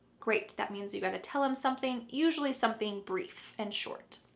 great. that means you got to tell him something. usually something brief and short.